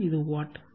இது வாட் இது var